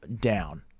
down